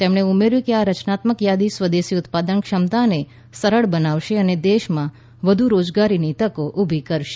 તેમણે ઉમેર્યું કે આ રચનાત્મક યાદી સ્વદેશી ઉત્પાદન ક્ષમતાને સરળ બનાવશે અને દેશમાં વધુ રોજગારની તકો ઊભી કરશે